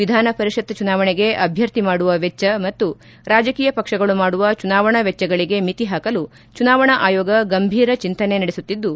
ವಿಧಾನಪರಿಷತ್ ಚುನಾವಣೆಗೆ ಅಭ್ಯರ್ಥಿ ಮಾಡುವ ವೆಚ್ಚ ಮತ್ತು ರಾಜಕೀಯ ಪಕ್ಷಗಳು ಮಾಡುವ ಚುನಾವಣಾ ವೆಚ್ಚಗಳಿಗೆ ಮಿತಿ ಹಾಕಲು ಚುನಾವಣಾ ಆಯೋಗ ಗಂಭೀರ ಚಿಂತನೆ ನಡೆಸುತ್ತಿದ್ದು